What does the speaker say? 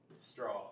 Straw